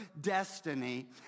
destiny